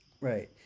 Right